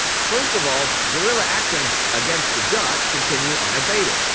first of all, guerilla actions against the dutch continue unabated.